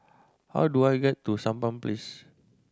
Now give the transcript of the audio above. how do I get to Sampan Place